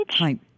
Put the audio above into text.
Right